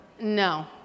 No